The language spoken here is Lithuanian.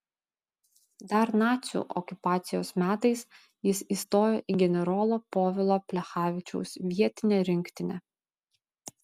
dar nacių okupacijos metais jis įstojo į generolo povilo plechavičiaus vietinę rinktinę